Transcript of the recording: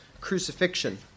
crucifixion